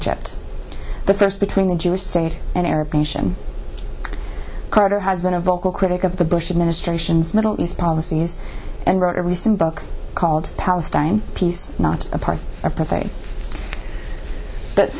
egypt the first between the jewish state and arab nation carter has been a vocal critic of the bush administration's middle east policies and wrote a recent book called palestine peace not a